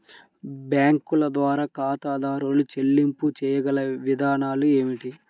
బ్యాంకుల ద్వారా ఖాతాదారు చెల్లింపులు చేయగల విధానాలు ఏమిటి?